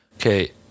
Okay